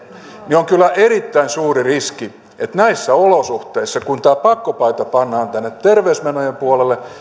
niin on kyllä erittäin suuri riski että näissä olosuhteissa kun tämä pakkopaita pannaan tänne terveysmenojen puolelle